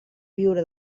viure